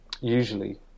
usually